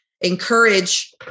encourage